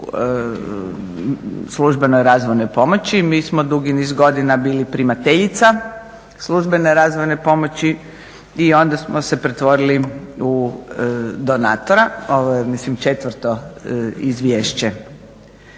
službenoj razvojnoj pomoći, mi smo dugi niz godina bili primateljica službene razvojne pomoći i onda smo se pretvorili u donatora, ovo je ja mislim četvrto izvješće